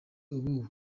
uku